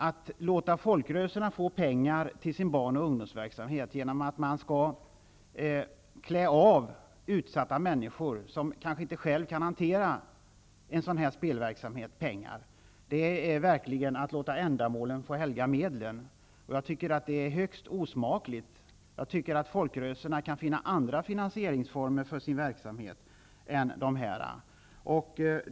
Att låta folkrörelserna få pengar till sin barn och ungdomsverksamhet genom att ''klä av'' utsatta människor pengar, människor som kanske inte själva kan hantera en sådan här spelverksamhet, det är verkligen att låta ändamålen få helga medlen. Jag tycker att det är högst osmakligt. Jag tycker att folkrörelserna kan finna andra former att finansiera sin verksamhet än dessa.